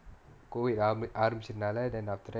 COVID ஆம்ப்~ ஆரம்பிச்சதுனால:aamb~ aarambichathunaala then after that